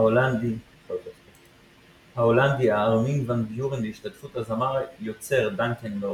ההולנדי ארמין ואן ביורן בהשתתפות הזמר-יוצר דאנקן לורנס.